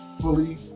fully